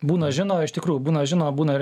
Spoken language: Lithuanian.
būna žino iš tikrųjų būna žino būna ir